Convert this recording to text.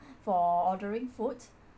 for ordering food